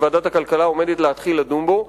שוועדת הכלכלה עומדת להתחיל לדון בו.